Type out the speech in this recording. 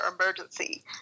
emergency